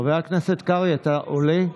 חבר הכנסת קרעי, אתה עולה?